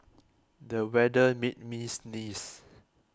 the weather made me sneeze